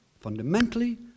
fundamentally